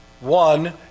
one